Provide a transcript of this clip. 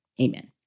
amen